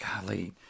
golly